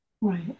Right